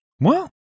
Moi